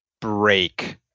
break